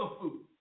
food